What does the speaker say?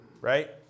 right